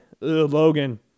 Logan